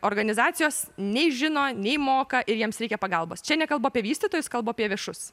organizacijos nei žino nei moka ir jiems reikia pagalbos čia nekalbu apie vystytojus kalbu apie viešus